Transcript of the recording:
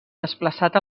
desplaçat